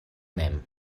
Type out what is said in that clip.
mem